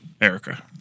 Erica